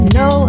no